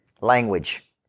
language